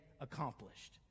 accomplished